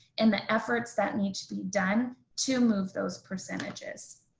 and the efforts that need to be done to move those percentages.